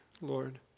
Lord